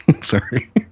Sorry